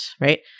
right